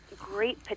great